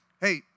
Hey